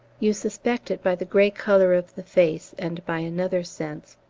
you suspect it by the grey colour of the face and by another sense,